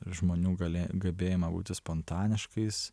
žmonių galė gabėjimą būti spontaniškais